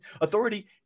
authority